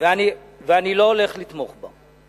ואני לא הולך לתמוך בה.